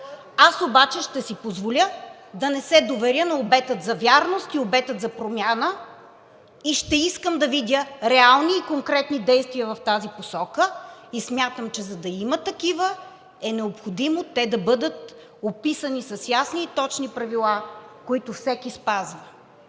Аз обаче ще си позволя да не се доверя на обета за вярност и обета за промяна и ще искам да видя реални и конкретни действия в тази посока. Смятам, че за да има такива, е необходимо те да бъдат описани с ясни и точни правила, които всеки ще спазва.